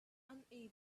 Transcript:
unable